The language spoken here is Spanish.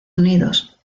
unidos